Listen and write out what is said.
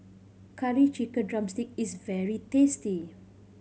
Curry Chicken drumstick is very tasty